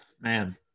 Man